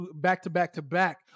back-to-back-to-back